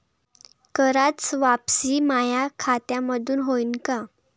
कराच वापसी माया खात्यामंधून होईन का?